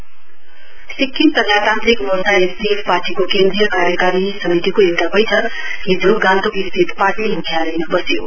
SDF Sikkim प्रजातान्त्रिक मोर्चा SDF पार्टीको केन्द्रीय कार्यकारिणी समितिको एउटा बैठक हिजो गान्तोक स्थित पार्टी मुख्यालयमा बस्यो